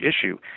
issue